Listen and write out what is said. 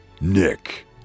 Nick